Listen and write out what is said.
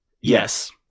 yes